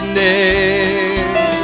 name